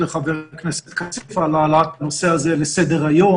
ולחבר הכנסת כסיף על העלאת הנושא הזה לסדר-היום.